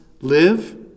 live